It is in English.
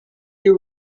you